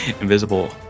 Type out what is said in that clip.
invisible